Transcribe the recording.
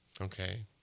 Okay